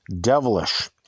devilish